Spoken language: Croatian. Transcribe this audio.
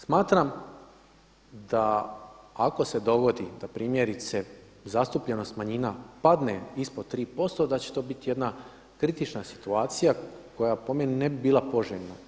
Smatram da ako se dogodi da primjerice zastupljenost manjina padne ispod 3% da će to biti jedna kritična situacija koja po meni ne bi bila poželjna.